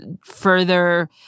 further